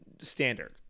standard